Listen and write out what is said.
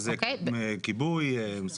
שזה כיבוי.